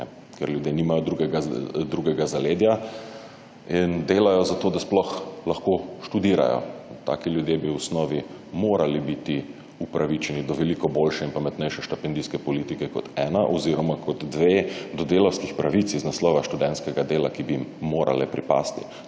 ker ljudje nimajo drugega zaledja in delajo zato, da sploh lahko študirajo. Taki ljudje bi v osnovi morali biti upravičeni do veliko boljše in pametnejše štipendijske politike kot ena oziroma kot dve do delavskih pravic iz naslova študentskega dela, ki bi jim morale pripasti.